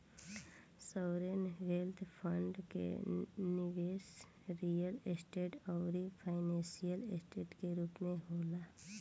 sovereign wealth fund के निबेस real estate आउरी फाइनेंशियल ऐसेट के रूप में होला